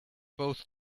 both